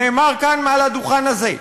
נאמר כאן, מעל הדוכן הזה.